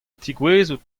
tegouezhout